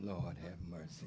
lord have mercy